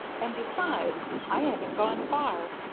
and besides i haven't gone far!